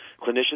clinicians